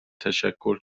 تشکر